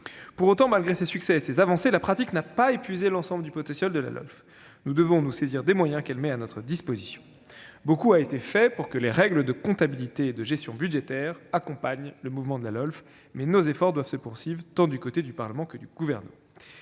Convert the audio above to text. Pour autant, malgré ces succès et ces avancées, la pratique n'a pas épuisé l'ensemble du potentiel de la LOLF. Nous devons nous saisir de tous les moyens qu'elle met à notre disposition. Beaucoup a été fait pour que les règles de comptabilité et de gestion budgétaires accompagnent le mouvement de la LOLF, mais nos efforts doivent se poursuivre, tant du côté du Parlement que du Gouvernement.